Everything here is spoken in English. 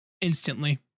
instantly